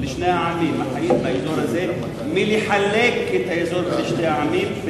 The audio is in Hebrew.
לשני העמים החיים באזור הזה מלחלק את האזור לשני העמים,